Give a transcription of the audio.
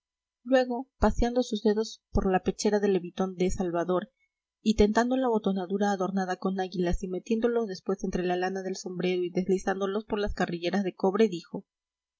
luego paseando sus dedos por la pechera del levitón de salvador y tentando la botonadura adornada con águilas y metiéndolos después entre la lana del sombrero y deslizándolos por las carrilleras de cobre dijo